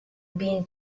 been